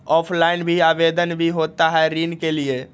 Offline भी आवेदन भी होता है ऋण के लिए?